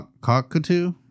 Cockatoo